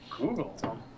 Google